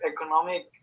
economic